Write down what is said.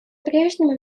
прежнему